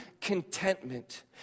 contentment